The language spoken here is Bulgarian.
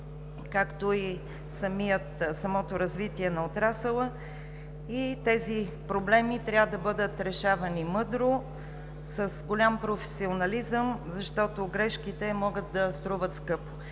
както и самото развитие на отрасъла. Тези проблеми трябва да бъдат решавани мъдро и с голям професионализъм, защото грешките могат да струват скъпо.